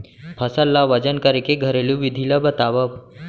फसल ला वजन करे के घरेलू विधि ला बतावव?